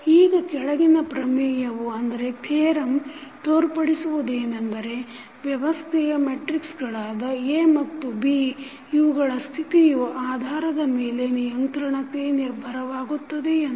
ಈಗ ಕೆಳಗಿನ ಪ್ರಮೇಯ ತೋರ್ಪಡಿಸುವುದೆನೆಂದರೆ ವ್ಯವಸ್ಥೆಯ ಮೆಟ್ರಿಕ್ಸಗಳಾದ A ಮತ್ತು B ಇವುಗಳ ಸ್ಥಿತಿಯ ಆಧಾರದ ಮೇಲೆ ನಿಯಂತ್ರಣತೆ ನಿರ್ಭರವಾಗುತ್ತದೆ ಎಂದು